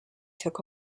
took